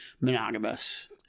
monogamous